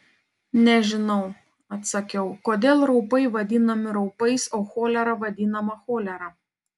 nežinau atsakiau kodėl raupai vadinami raupais o cholera vadinama cholera